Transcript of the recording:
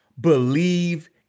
Believe